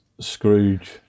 Scrooge